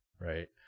Right